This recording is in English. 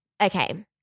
Okay